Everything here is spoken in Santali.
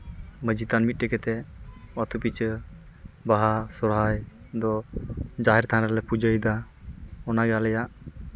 ᱢᱟᱹᱡᱷᱤ ᱛᱷᱟᱱ ᱢᱤᱫᱴᱮᱱ ᱠᱟᱛᱮᱫ ᱟᱹᱛᱩ ᱯᱤᱪᱷᱟᱹ ᱵᱟᱦᱟ ᱥᱚᱦᱚᱨᱟᱭ ᱫᱚ ᱡᱟᱦᱮᱨ ᱛᱷᱟᱱ ᱨᱮᱞᱮ ᱯᱩᱡᱟᱹᱭᱮᱫᱟ ᱚᱱᱟᱜᱮ ᱟᱞᱮᱭᱟᱜ